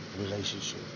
relationship